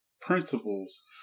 principles